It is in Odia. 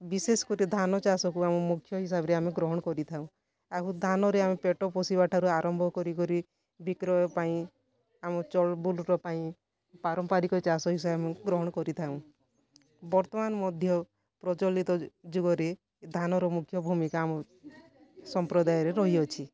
ବିଶେଷ କରି ଧାନ ଚାଷକୁ ଆମେ ମୁଖ୍ୟ ହିସାବରେ ଆମେ ଗ୍ରହଣ କରିଥାଉ ଆଉ ଧାନରେ ଆମେ ପେଟ ପୋଷିବା ଠାରୁ କରି କରି ବିକ୍ରୟ ପାଇଁ ଆମେ ଚଳୁ ବୁଲୁଙ୍କ ପାଇଁ ପାରମ୍ପରିକ ଚାଷ ହିସାବରେ ଆମେ ଗ୍ରହଣ କରିଥାଉ ବର୍ତ୍ତମାନ ମଧ୍ୟ ପ୍ରଚଲିତ ଯୁଗରେ ଧାନର ମୁଖ୍ୟ ଭୂମିକା ଆମ ସମ୍ପ୍ରଦାୟରେ ରହିଅଛି